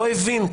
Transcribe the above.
לא הבין,